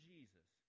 Jesus